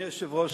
אדוני היושב-ראש,